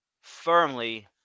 firmly